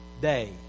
day